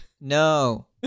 no